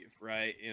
right